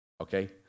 Okay